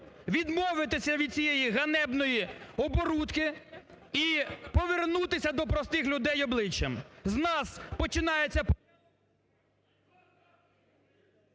відмовитися від цієї ганебної оборутки і повернутися до простих людей обличчям.